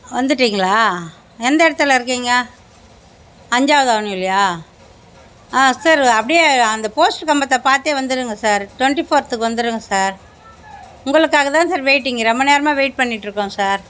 வந்துவிட்டிங்களா எந்த இடத்துல இருக்கீங்க அஞ்சாவது அவனியூலேயா ஆ சார் அப்படியே அந்த போஸ்ட்டு கம்பத்தை பாத்து வந்துடுங்க சார் டொன்ட்டி ஃபோர்த்துக்கு வந்துடுங்க சார் உங்களுக்காக தான் சார் வெயிட்டிங் ரொம்ப நேரமாக வெயிட் பண்ணிகிட்ருக்கோம் சார்